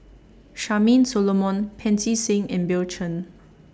Charmaine Solomon Pancy Seng and Bill Chen